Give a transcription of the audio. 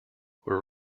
were